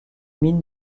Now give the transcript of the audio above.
mine